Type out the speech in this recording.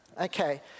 Okay